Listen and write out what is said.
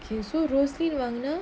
okay so rosaline வாங்குனா:vaangunaa